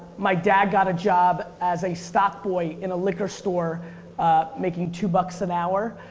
my dad got a job as a stock boy in a liquor store making two bucks an hour.